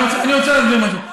אני רוצה להסביר משהו.